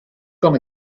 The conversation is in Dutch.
kan